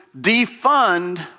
defund